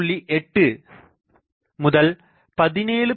8 முதல் 17